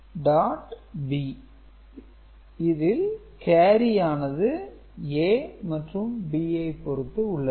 B இல் கேரியானது A மற்றும் B ஐ பொறுத்து உள்ளது